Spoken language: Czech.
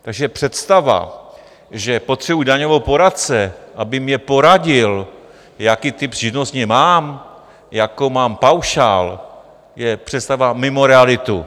Takže představa, že potřebuji daňového poradce, aby mi poradil, jaký typ živnosti mám, jaký mám paušál, je představa mimo realitu.